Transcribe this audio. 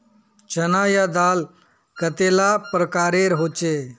चना या दाल कतेला प्रकारेर होचे?